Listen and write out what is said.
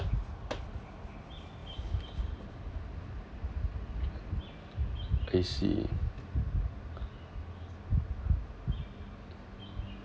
I see